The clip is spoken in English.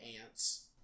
ants